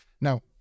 Now